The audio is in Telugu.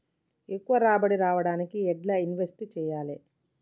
ఎక్కువ రాబడి రావడానికి ఎండ్ల ఇన్వెస్ట్ చేయాలే?